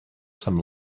some